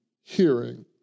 hearing